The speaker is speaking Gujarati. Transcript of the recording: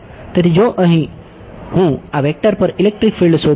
તેથી જો હું અહીં આ વેક્ટર પર ઇલેક્ટ્રિક ફિલ્ડ શોધવા માંગુ